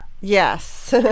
Yes